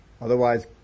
Otherwise